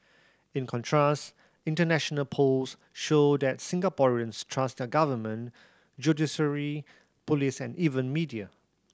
in contrast international polls show that Singaporeans trust their government judiciary police and even media